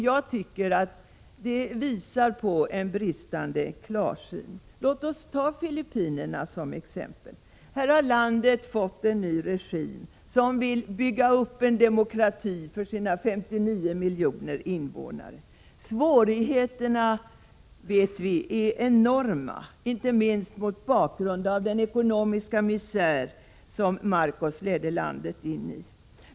Jag tycker att det visar på en bristande klarsyn. Låt oss ta Filippinerna som exempel. Här har landet fått en ny regim som vill bygga upp en demokrati för sina 59 miljoner invånare. Svårigheterna vet vi är enorma, inte minst mot bakgrund av den ekonomiska misär som Marcos ledde landet in i.